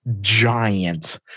giant